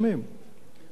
מה שחשוב לי כרגע,